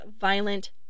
violent